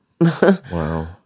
Wow